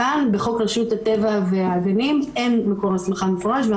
כאן, בחוק רשות הטבע והגנים אין מקור הסמכה מפורש.